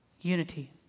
unity